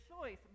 choice